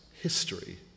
history